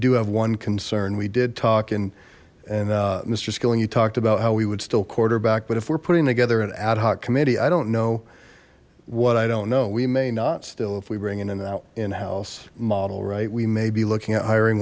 do have one concern we did talk and and mister skilling you talked about how we would still quarterback but if we're putting together an ad hoc committee i don't know what i don't know we may not still if we bring in an in house model right we may be looking at hiring